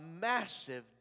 massive